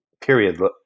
period